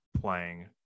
playing